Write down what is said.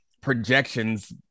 projections